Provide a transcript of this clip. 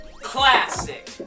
classic